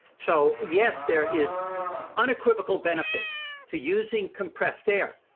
so yes, there is unequivocal benefit to using compressed air,